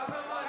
ברוורמן,